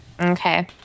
Okay